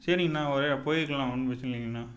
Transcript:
சரிங்கண்ணா ஓரே போய்க்கலாம் ஒன்றும் பிரச்சனை இல்லைங்கண்ணா